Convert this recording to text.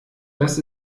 das